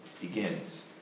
begins